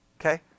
Okay